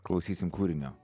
klausysim kūrinio